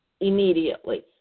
immediately